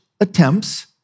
attempts